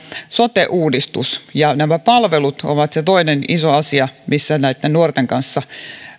sote uudistus ja palvelut ovat se toinen iso asia missä näitten nuorten kanssa